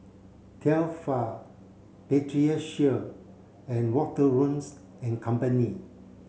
Tefal Pediasure and Wanderlust and Company